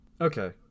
Okay